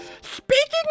Speaking